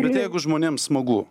bet jeigu žmonėm smagu